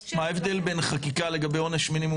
מה ההבדל בין חקיקה לגבי עונש מינימום